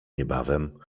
niebawem